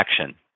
action